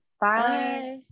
bye